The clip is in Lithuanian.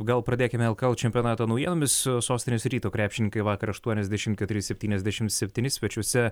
gal pradėkime lkl čempionato naujienomis su sostinės ryto krepšininkai vakar aštuoniasdešimt keturi septyniasdešimt septyni svečiuose